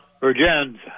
Virgins